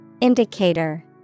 Indicator